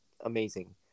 amazing